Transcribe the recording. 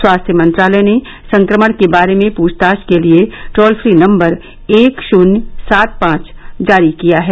स्वास्थ्य मंत्रालय ने संक्रमण के बारे में पूछताछ के लिए टोल फ्री नंबर एक शून्य सात पांच जारी किया है